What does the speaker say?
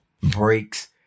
breaks